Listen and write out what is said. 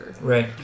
Right